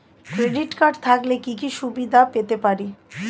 Credit card থাকলে কি কি সুবিধা পেতে পারি?